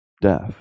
death